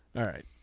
all right.